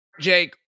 Jake